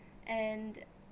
and